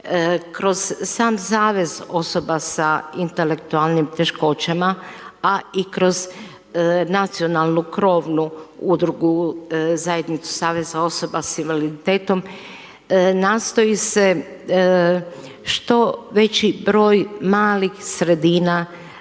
Kroz sam Savez osoba s intelektualnim teškoćama, a i kroz nacionalnu krovnu udrugu Zajednicu saveza osoba s invaliditetom nastoji se što veći broj malih sredina